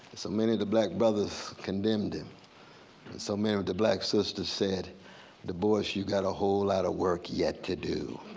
so many of the black brothers condemned him, and so many of the black sisters said du bois, you've got a whole lot of work yet to do.